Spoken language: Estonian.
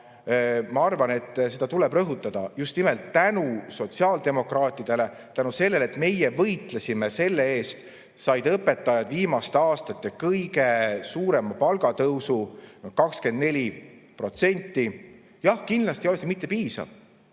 ma arvan, et seda tuleb rõhutada: just nimelt tänu sotsiaaldemokraatidele, tänu sellele, et meie võitlesime selle eest, said õpetajad viimaste aastate kõige suurema palgatõusu: 24%. Jah, kindlasti ei ole see piisav,